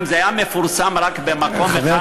אם זה היה מפורסם רק במקום אחד,